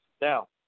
Now